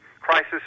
crisis